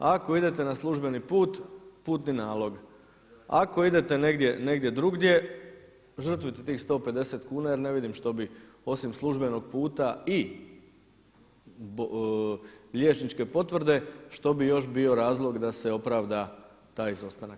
Ako idete na službeni put putni nalog, ako idete negdje drugdje žrtvujte tih 150 kuna jer ne vidim što bi osim službenog puta i liječničke potvrde što bi još bio razlog da se opravda taj izostanak.